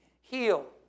heal